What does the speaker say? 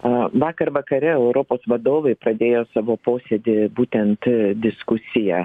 e vakar vakare europos vadovai pradėjo savo posėdį būtent diskusija